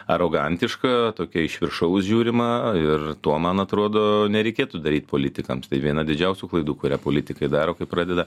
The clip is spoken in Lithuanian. arogantiška tokia iš viršaus žiūrima ir to man atrodo nereikėtų daryti politikams tai viena didžiausių klaidų kurią politikai daro kai pradeda